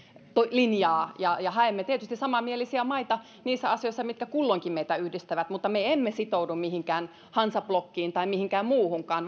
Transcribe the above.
linjaa ja ja haemme tietysti samanmielisiä maita niissä asioissa mitkä kulloinkin meitä yhdistävät mutta me emme sitoudu mihinkään hansablokkiin tai mihinkään muuhunkaan